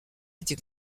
été